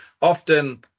often